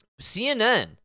CNN